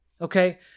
Okay